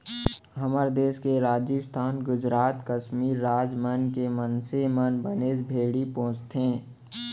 हमर देस के राजिस्थान, गुजरात, कस्मीर राज मन के मनसे मन बनेच भेड़ी पोसथें